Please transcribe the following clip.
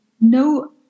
no